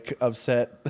upset